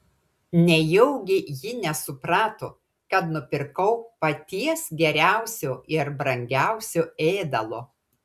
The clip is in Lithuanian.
nejaugi ji nesuprato kad nupirkau paties geriausio ir brangiausio ėdalo